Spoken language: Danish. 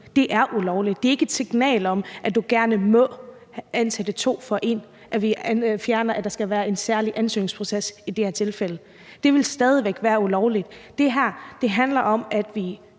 det er ulovligt. Det er ikke et signal om, at du gerne må ansætte to for en, at vi fjerner, at der skal være en særlig ansøgningsproces i de her tilfælde. Det vil stadig væk være ulovligt. Det her handler om, at vi